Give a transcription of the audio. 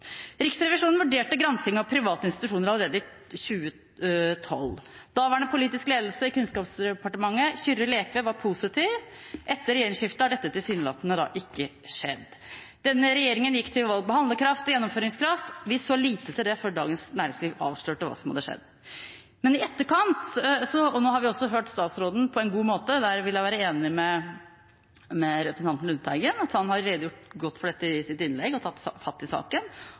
Riksrevisjonen vurderte gransking av private institusjoner allerede i 2012. Daværende politisk ledelse i Kunnskapsdepartementet, ved Kyrre Lekve, var positiv. Etter regjeringsskiftet har dette tilsynelatende ikke skjedd. Denne regjeringen gikk til valg på handlekraft og gjennomføringskraft. Vi så lite til det før Dagens Næringsliv avslørte hva som hadde skjedd. Nå i etterkant har vi hørt statsråden i sitt innlegg på en god måte redegjøre for saken – der vil jeg være enig med representanten Lundteigen – og han har